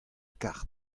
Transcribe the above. kard